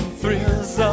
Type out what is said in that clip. thrills